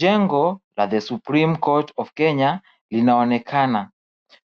Jengo la The Supreme Court of Kenya linaonekana.